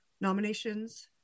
nominations